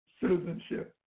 citizenship